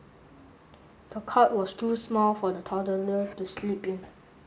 the cot was too small for the toddler to sleep in